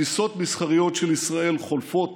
טיסות מסחריות של ישראל חולפות